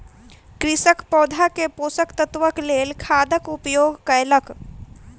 कृषक पौधा के पोषक तत्वक लेल खादक उपयोग कयलक